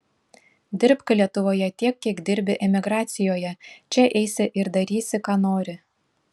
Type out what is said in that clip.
dirbk lietuvoje tiek kiek dirbi emigracijoje čia eisi ir darysi ką nori